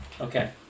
Okay